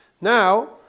now